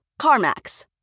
CarMax